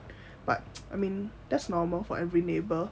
but I mean that's normal for every neighbour